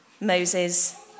Moses